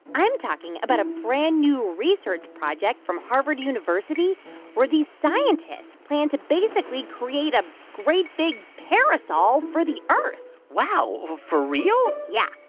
i'm talking about a brand-new research project from harvard university where these scientists plan to basically create a great, big parasol for the earth wow. for real? yeah.